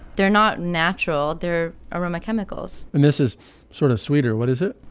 they're not natural. they're aroma chemicals. and this is sort of sweeter. what is it?